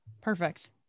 Perfect